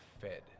fed